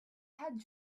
had